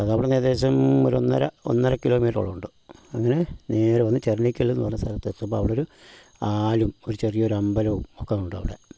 അത് അവിടുന്ന് ഏകദേശം ഓരൊന്നര ഒന്നര കിലോമീറ്ററോളം ഉണ്ട് അങ്ങനെ നേരെ വന്ന് ചെർണ്ണിക്കെലെന്ന സ്ഥലത്തെത്തുമ്പം അവിടൊരു ആലും ഒരു ചെറിയൊരമ്പലവും ഒക്കെ ഉണ്ടവിടെ